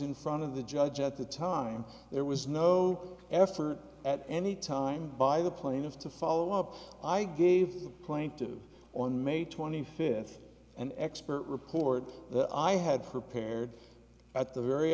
in front of the judge at the time there was no effort at any time by the plaintiff to follow up i gave the plaintive on may twenty fifth an expert report that i had prepared at the very